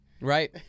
Right